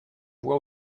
voix